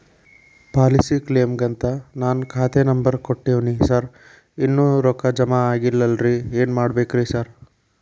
Policy ಕ್ಲೇಮಿಗಂತ ನಾನ್ ಖಾತೆ ನಂಬರ್ ನಾ ಕೊಟ್ಟಿವಿನಿ ಸಾರ್ ಇನ್ನೂ ರೊಕ್ಕ ಜಮಾ ಆಗಿಲ್ಲರಿ ಏನ್ ಮಾಡ್ಬೇಕ್ರಿ ಸಾರ್?